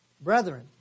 brethren